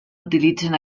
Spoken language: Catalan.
utilitzen